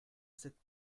cette